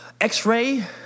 X-ray